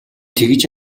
тэгж